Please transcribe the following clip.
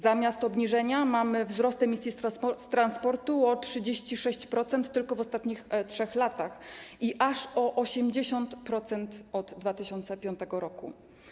Zamiast obniżenia mamy wzrost emisji z transportu o 36% tylko w ostatnich 3 latach i aż o 80% od 2005 r.